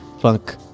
Funk